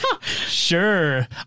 Sure